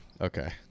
Okay